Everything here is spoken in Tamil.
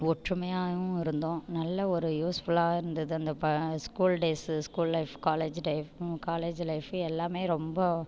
ஒற்றுமையாகவும் இருந்தோம் நல்ல ஒரு யூஸ்ஃபுல்லாக இருந்துது அந்த ப school days school life college டைஃப் காலேஜ் லைஃப்பு எல்லாமே ரொம்ப